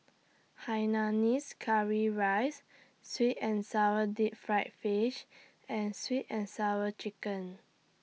Hainanese Curry Rice Sweet and Sour Deep Fried Fish and Sweet and Sour Chicken